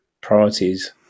priorities